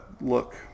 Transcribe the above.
look